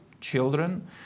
children